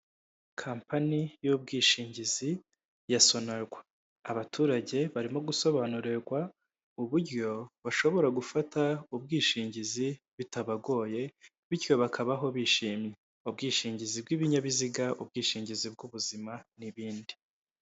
Kampani y'ubwishingizi ya SONARWA abaturage barimo gusobanurirwa uburyo bashobora gufata ubwishingizi bitabagoye, bityo bakabaho bishimye, ubwishingizi bw'ibinyabiziga ubwishingizi, bw'ubuzima n'ibindi.